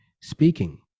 speaking